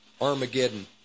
Armageddon